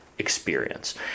Experience